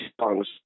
songs